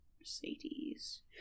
Mercedes